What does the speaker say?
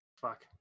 Fuck